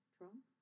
Trump